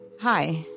Hi